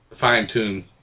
fine-tune